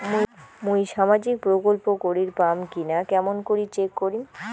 মুই সামাজিক প্রকল্প করির পাম কিনা কেমন করি চেক করিম?